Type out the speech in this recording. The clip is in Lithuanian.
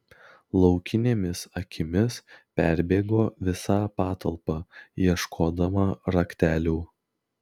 laukinėmis akimis perbėgo visą patalpą ieškodama raktelių